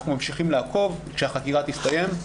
אנחנו ממשיכים לעקוב וכשהחקירה תסתיים,